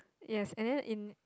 yes and then in